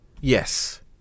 Yes